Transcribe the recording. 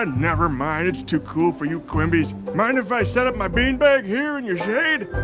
ah never mind. it's too cool for you quimbies. mind if i set up my beanbag here in your shade?